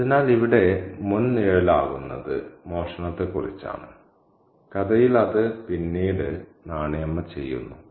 അതിനാൽ ഇവിടെ മുൻനിഴലാക്കുന്നത് മോഷണത്തെക്കുറിച്ചാണ് കഥയിൽ അത് പിന്നീട് പിന്നീട് നാണി അമ്മ ചെയ്യുന്നു